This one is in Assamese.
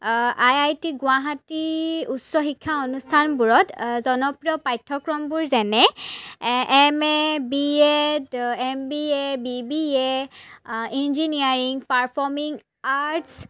আই আই টি গুৱাহাটী উচ্চ শিক্ষা অনুষ্ঠানবোৰত জনপ্ৰিয় পাঠ্যক্ৰমবোৰ যেনে M A B A M B A B B A engineering performing arts